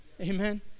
Amen